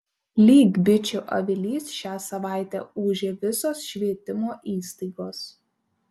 lyg bičių avilys šią savaitę ūžė visos švietimo įstaigos